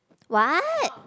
what